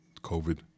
COVID